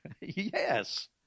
Yes